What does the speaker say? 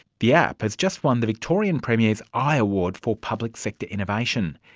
the app has just won the victorian premier's iaward for public sector innovation.